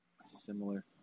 similar